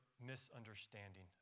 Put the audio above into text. misunderstanding